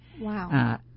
Wow